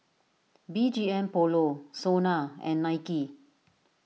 B G M Polo Sona and Nike